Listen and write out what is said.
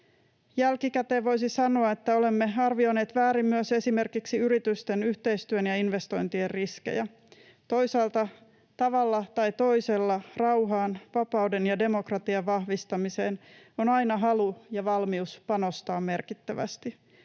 Jälkikäteen voisi sanoa, että olemme arvioineet väärin myös esimerkiksi yritysten yhteistyön ja investointien riskejä. Toisaalta tavalla tai toisella rauhaan, vapauden ja demokratian vahvistamiseen on aina halu ja valmius panostaa merkittävästi.